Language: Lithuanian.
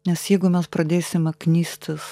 nes jeigu mes pradėsime knistis